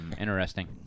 interesting